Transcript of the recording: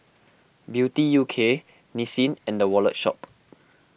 Beauty U K Nissin and the Wallet Shop